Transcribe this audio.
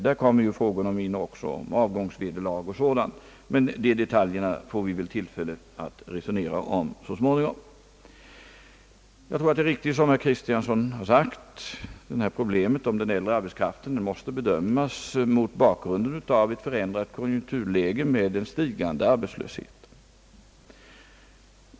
Här kommer ju också frågorna om avgångsvederlag etc. in, men sådana detaljer får vi ju tillfälle att debattera så småningom. Jag tror att det är riktigt som herr Kristiansson sagt, att den äldre arbetskraftens problem måste bedömas mot bakgrunden av ett förändrat konjunkturläge med stigande arbetslöshet.